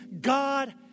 God